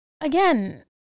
again